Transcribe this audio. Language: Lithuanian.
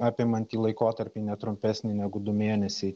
apimantį laikotarpį ne trumpesnį negu du mėnesiai